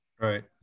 Right